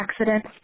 accident